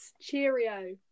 cheerio